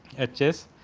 at chess.